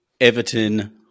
Everton